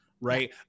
right